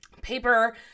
paper